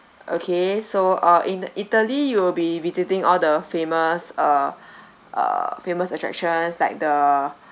okay so uh in italy you will be visiting all the famous uh uh famous attractions like the